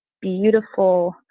beautiful